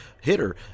hitter